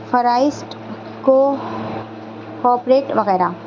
وغیرہ